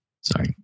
sorry